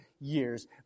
years